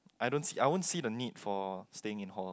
I don't see I won't see the need for staying in hall